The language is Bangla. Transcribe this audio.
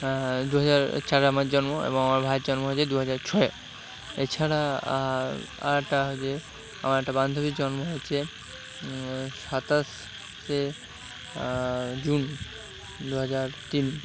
দুহাজার চারে আমার জন্ম এবং আমার ভাইয়ের জন্ম হয়েছে দুহাজার ছয়ে এছাড়া আর একটা হচ্ছে আমার একটা বান্ধবীর জন্ম হয়েছে সাতাশে জুন দুহাজার তিন